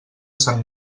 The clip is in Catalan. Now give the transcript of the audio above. sant